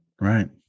Right